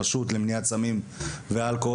הרשות למניעת סמים ואלכוהול,